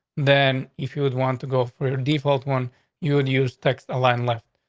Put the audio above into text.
then if you would want to go for your default one you would use text align left.